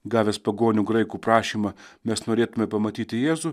gavęs pagonių graikų prašymą mes norėtume pamatyti jėzų